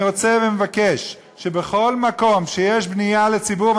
אני רוצה ומבקש שבכל מקום שיש בנייה לציבור,